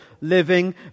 living